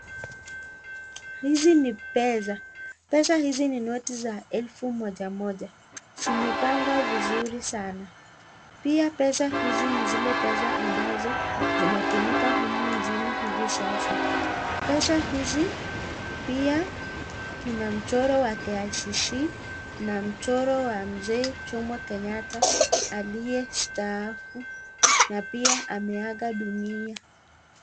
Hizi ni pesa pesa hizi ni noti za elfu moja moja zimepangwa vizuri sana,, pia pesa hizi ni zile pesa ambazo zinatumika humu nchini hivi sasa ,pesa hizi pia ina mchoro wa KICC na mchoro wa mzee Jomo Kenyatta aliyestaafu na pia ameaga dunia.